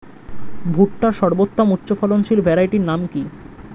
ভুট্টার সর্বোত্তম উচ্চফলনশীল ভ্যারাইটির নাম কি?